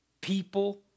People